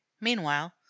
Meanwhile